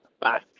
bye